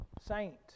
saint